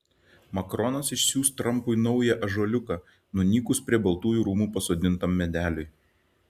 makronas išsiųs trampui naują ąžuoliuką nunykus prie baltųjų rūmų pasodintam medeliui